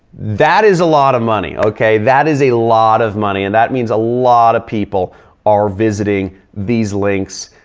that is a lot of money, okay? that is a lot of money. and that means a lot of people are visiting these links.